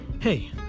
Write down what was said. Hey